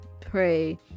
pray